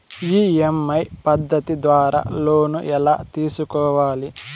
EMI పద్ధతి ద్వారా loan ఎలా తీసుకోవాలి